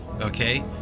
Okay